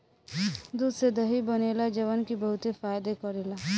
दूध से दही बनेला जवन की बहुते फायदा करेला